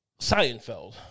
Seinfeld